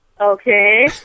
Okay